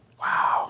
Wow